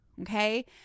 Okay